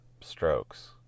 strokes